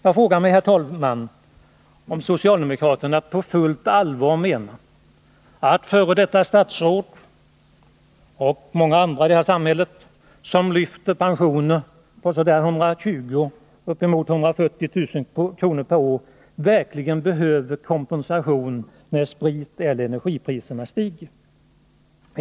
Jag frågar mig, herr talman, om socialdemokraterna på fullt allvar menar att f. d. statsråd och många andra i detta samhälle som lyfter pensioner på ungefär 120000 kr., ja uppåt 140000 kr. per år, verkligen behöver kompensation när spriteller energipriserna stiger.